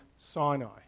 Sinai